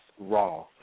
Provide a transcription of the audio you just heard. raw